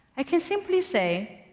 i can simply say,